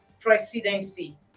presidency